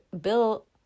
built